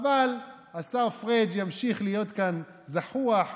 אבל השר פריג' ימשיך להיות כאן זחוח,